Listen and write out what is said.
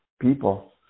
people